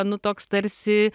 nu toks tarsi